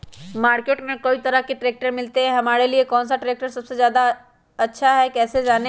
Market में कई तरह के ट्रैक्टर मिलते हैं हमारे लिए कौन सा ट्रैक्टर सबसे अच्छा है कैसे जाने?